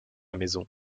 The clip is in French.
maison